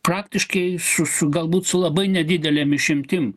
praktiškai su su galbūt su labai nedidelėm išimtim